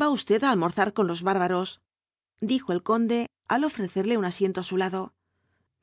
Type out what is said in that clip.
va usted á almorzar con los bárbaros dijo el conde al ofrecerle un asiento á su lado